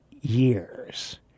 years